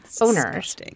owners